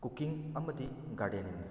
cooking ꯑꯃꯗꯤ ꯒꯥꯔꯗꯦꯅꯤꯡꯅꯤ